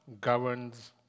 governs